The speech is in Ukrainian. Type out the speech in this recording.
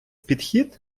підхід